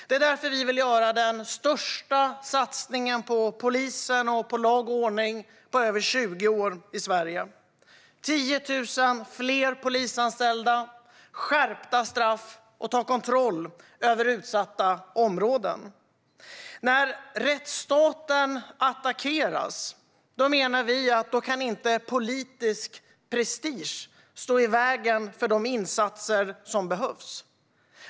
Det är därför vi vill göra den största satsningen på polisen samt på lag och ordning på över 20 år i Sverige. Det handlar om 10 000 fler polisanställda, skärpta straff och att ta kontroll över utsatta områden. När rättsstaten attackeras menar vi att politisk prestige inte kan stå i vägen för de insatser som behövs.